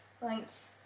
Thanks